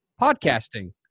Podcasting